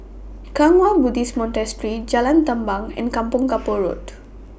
Kwang Hua Buddhist Monastery Jalan Tamban and Kampong Kapor Road